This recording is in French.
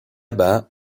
bas